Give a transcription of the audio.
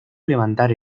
levantar